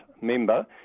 member